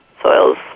Soils